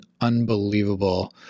unbelievable